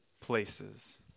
places